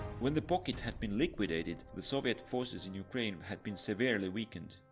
when the pocket had been liquidated, the soviet forces in ukraine had been severely weakened.